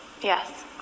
yes